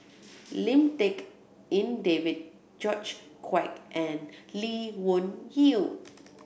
Lim Tik En David George Quek and Lee Wung Yew